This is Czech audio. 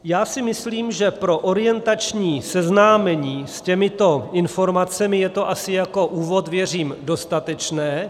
Já si myslím, že pro orientační seznámení s těmito informacemi je to asi jako úvod, věřím, dostatečné.